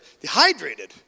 dehydrated